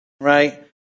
right